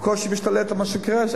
בקושי משתלט על מה שקורה כאן.